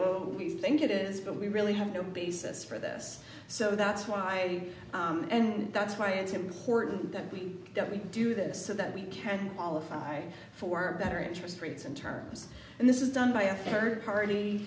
well we think it is but we really have no basis for this so that's why and that's why it's important that we that we do this so that we can all of for better interest rates and terms and this is done by a third party